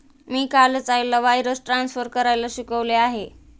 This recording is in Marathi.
मी कालच आईला वायर्स ट्रान्सफर करायला शिकवले आहे